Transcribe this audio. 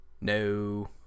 No